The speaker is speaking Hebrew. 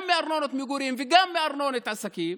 גם מארנונת מגורים וגם מארנונת עסקים,